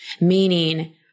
meaning